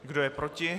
Kdo je proti?